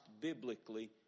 biblically